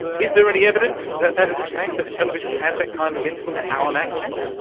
is there any evidence that that is the case, that television has that kind of influence on accent?